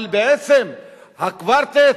אבל בעצם הקוורטט,